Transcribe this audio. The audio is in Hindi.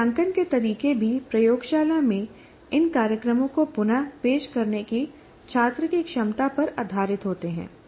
मूल्यांकन के तरीके भी प्रयोगशाला में इन कार्यक्रमों को पुन पेश करने की छात्र की क्षमता पर आधारित होते हैं